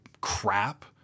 crap